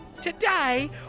Today